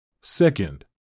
Second